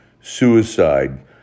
suicide